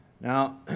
Now